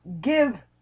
give